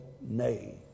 nay